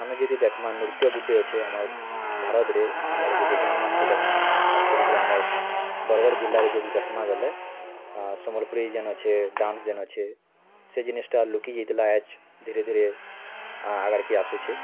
ଆମେ ଯଦି ଦେଖମା ନୃତ୍ୟ ଗୁଟେ ଅଛି ଆମର୍ ଭାରତ୍ରେ ଆମର୍ ଯଦି ଗାଁମାନ୍ଙ୍କୁ ଦେଖମା ଖାସ୍ କରିକିରି ଆମର୍ ବରଗଡ଼୍ ଜିଲ୍ଲାରେ ଯଦି ଦେଖ୍ମା ବୋଲେ ସମ୍ବଲପୁରୀ ଯେନ୍ ଅଛେ ଡ଼୍ୟାନ୍ସ ଯେନ୍ ଅଛେ ସେ ଜିନିଷ୍ଟା ଲୁକି ଯାଇଥିଲା ଆଜ୍ ଧୀରେ ଧୀରେ ଆଗାଡ଼୍କେ ଆସୁଛେ